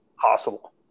possible